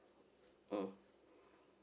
mm